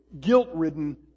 guilt-ridden